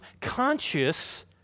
conscious